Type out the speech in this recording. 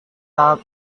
tak